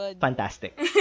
fantastic